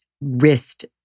wrist